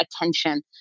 attention